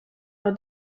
leur